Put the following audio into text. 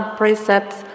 precepts